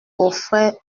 offraient